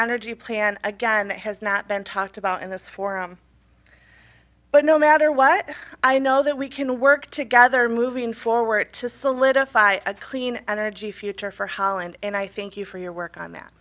energy plan again that has not been talked about in this forum but no matter what i know that we can work together moving forward to solidify a clean energy future for holland and i think you for your work on that